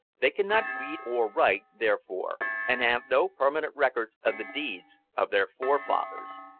they cannot read or write therefore, and have no permanent records of the deeds of their forefathers.